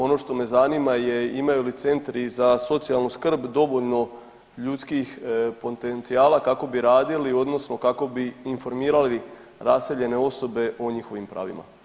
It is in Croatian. Ono što me zanima imaju li centri za socijalnu skrb dovoljno ljudskih potencijala kako bi radili odnosno kako bi informirali raseljene osobe o njihovim pravima?